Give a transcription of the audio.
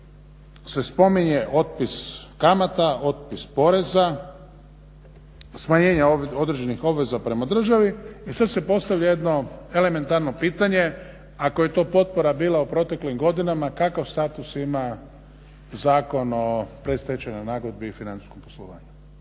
se spominje otpis kamata, otpis poreza, smanjenje određenih obveza prema državi i sad se postavlja jedno elementarno pitanje ako je to potpora bila u proteklim godinama kakav status ima Zakon o predstečajnoj nagodbi i financijskom poslovanju,